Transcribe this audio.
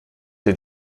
dir